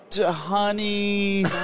honey